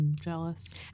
Jealous